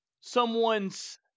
someone's